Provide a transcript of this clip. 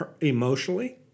emotionally